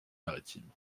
maritime